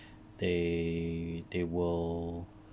they they will